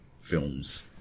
films